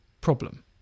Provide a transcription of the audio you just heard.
problem